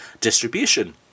distribution